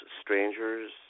strangers